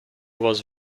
was